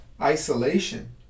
isolation